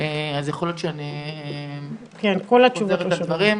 אז יכול להיות שאני חוזרת על הדברים.